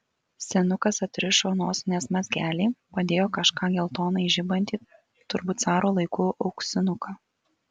senukas atrišo nosinės mazgelį padėjo kažką geltonai žibantį turbūt caro laikų auksinuką